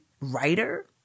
writer